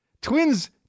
Twins